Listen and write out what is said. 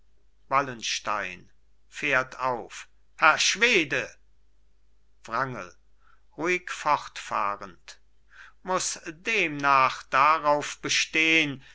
wallenstein fährt auf herr schwede wrangel ruhig fortfahrend muß demnach darauf bestehn